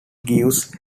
gives